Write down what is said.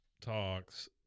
talks